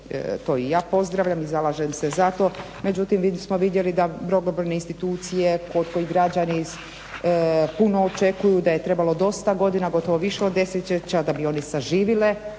to i ja pozdravljam i zalažem se za to. Međutim smo vidjeli da mnogobrojne institucije kod koji građani puno očekuju da je trebalo dosta godina gotovo više od desetljeća da bi one saživile.